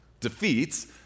Defeats